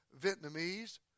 Vietnamese